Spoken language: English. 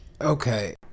Okay